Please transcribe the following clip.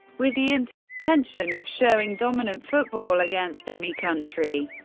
with the and intention of showing dominant football against any country.